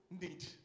need